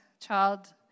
child